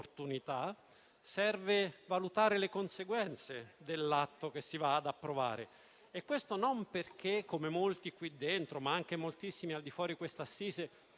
serve valutare le conseguenze dell'atto che si va ad approvare. E questo non perché, come molti qui dentro, ma anche moltissimi al di fuori di questa assise,